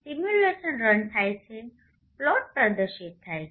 simulation run થાય છે plots પ્રદર્શિત થાય છે